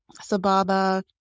Sababa